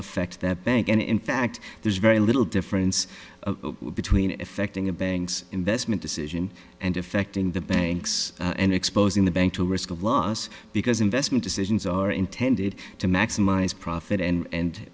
affect the bank and in fact there's very little difference between effecting a bank's investment decision and affecting the banks and exposing the bank to risk of loss because investment decisions are intended to maximize profit and